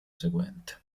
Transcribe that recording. seguente